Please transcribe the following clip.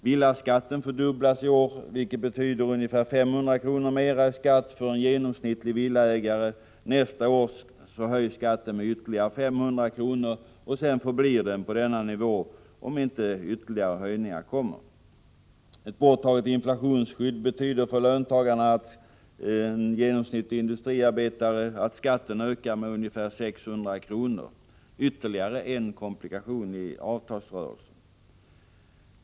Villaskatten fördubblas i år, vilket betyder ungefär 500 kr. mera i skatt för en genomsnittlig villaägare. Nästa år höjs skatten med ytterligare 500 kr., och sedan förblir den på denna nivå, om inte ytterligare höjningar kommer. Ett borttagande av inflationsskyddet betyder för en genomsnittlig industriarbetare att skatten ökar med ungefär 600 kr. Det är ytterligare en komplikation i avtalsrörelsen.